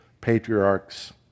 patriarchs